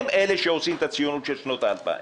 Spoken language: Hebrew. הם אלה שעושים את הציונות של שנות האלפיים.